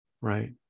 right